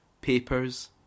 Papers